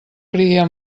cria